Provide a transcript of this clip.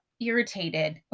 irritated